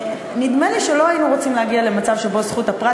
נדמה לי שלא היינו רוצים להגיע למצב שבו זכות הפרט